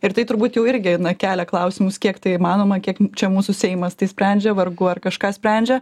ir tai turbūt jau irgi kelia klausimus kiek tai įmanoma kiek čia mūsų seimas tai sprendžia vargu ar kažką sprendžia